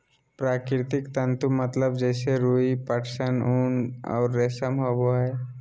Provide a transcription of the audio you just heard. प्राकृतिक तंतु मतलब जैसे रुई, पटसन, ऊन और रेशम होबो हइ